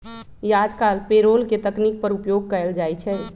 याजकाल पेरोल के तकनीक पर उपयोग कएल जाइ छइ